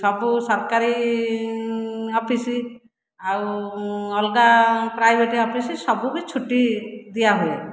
ସବୁ ସରକାରୀ ଅଫିସ ଆଉ ଅଲଗା ପ୍ରାଇଭେଟ ଅଫିସ ସବୁ ବି ଛୁଟି ଦିଆହୁଏ